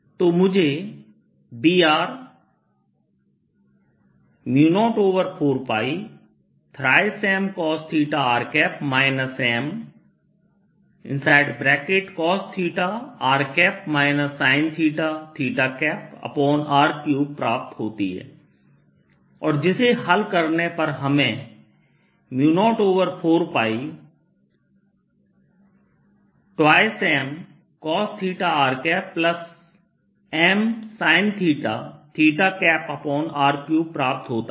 तो मुझे Br 04π3mcosθr mcosθr sinθr3 प्राप्त होती है और जिसे हल करने पर हमें 04π2mcosθrmsinθr3 प्राप्त होता है